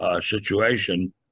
situation